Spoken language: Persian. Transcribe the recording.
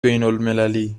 بینالمللی